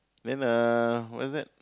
then uh what's that